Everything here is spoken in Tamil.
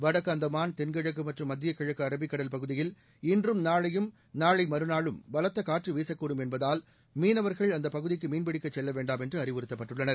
வடக்கு அந்தமான் தென்கிழக்கு மற்றும் மத்தியக் கிழக்கு அரபிக் கடல் பகுதியில் இன்றும் நாளையும் நாளை மறுநாளும் பலத்த காற்று வீசக்கூடும் என்பதால் மீனவர்கள் அந்தப் பகுதிக்கு மீன்பிடிக்க செல்ல வேண்டாம் என்று அறிவுறுத்தப்பட்டுள்ளனர்